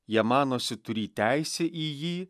jie manosi turį teisę į jį